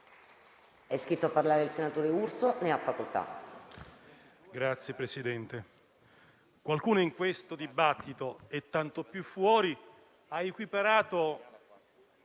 È iscritto a parlare il senatore Errani. Ne ha facoltà.